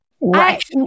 Right